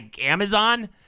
Amazon